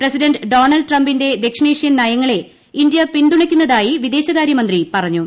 president Donald ട്രംപിന്റെ ദക്ഷിണേഷ്യൻ നയങ്ങളെ ഇന്ത്യ പിന്തുണക്കുന്നതായി വിദേശകാര്യമന്ത്രി പറഞ്ഞു